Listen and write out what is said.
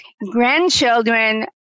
Grandchildren